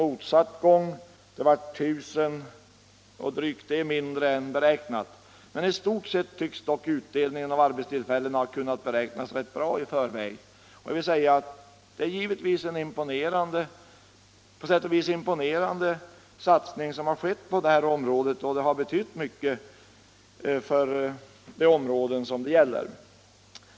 Där blev ökningen av arbetstagarna drygt 1000 mindre än beräknat. I stort sett tycks dock utdelningen i form av arbetstillfällen ha kunnat beräknas rätt bra i förväg. Det är givetvis en på sätt och vis imponerande satsning som har skett på det här området, och den har betytt mycket för de områden som det gäller.